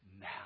now